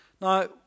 Now